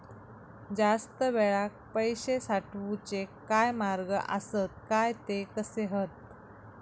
जास्त वेळाक पैशे साठवूचे काय मार्ग आसत काय ते कसे हत?